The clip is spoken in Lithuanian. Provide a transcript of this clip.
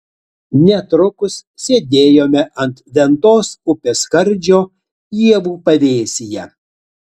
netrukus sėdėjome ant ventos upės skardžio ievų pavėsyje